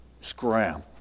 Scram